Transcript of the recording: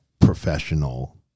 professional